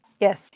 Yes